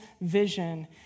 vision